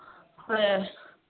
ꯍꯣꯏ